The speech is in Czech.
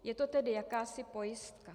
Je to tedy jakási pojistka.